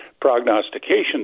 prognostications